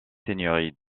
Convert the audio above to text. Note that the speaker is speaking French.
seigneurie